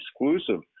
exclusive